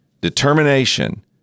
determination